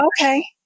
okay